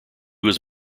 was